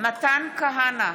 מתן כהנא,